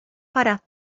para